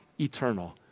eternal